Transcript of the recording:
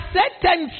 certain